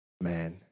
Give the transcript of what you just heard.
Man